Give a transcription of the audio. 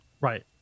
Right